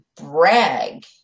brag